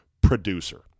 producer